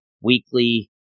weekly